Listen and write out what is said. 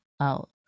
out